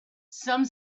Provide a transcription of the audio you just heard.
some